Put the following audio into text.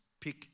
pick